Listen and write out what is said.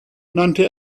nannte